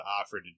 offered